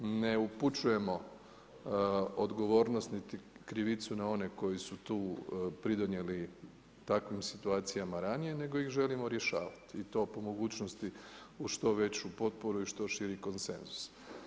Ne upućujemo odgovornost niti krivicu na one koji su tu pridonijeli takvim situacijama ranije, nego ih želimo rješavati i to po mogućnosti uz što veću potporu i što širi konsenzus.